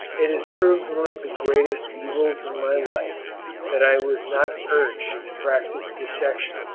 it has proved one of the greatest evils in my life that i was not urged to practise dissection,